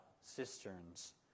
cisterns